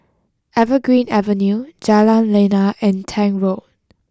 Evergreen Avenue Jalan Lana and Tank Road